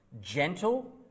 gentle